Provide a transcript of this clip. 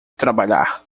trabalhar